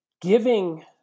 Giving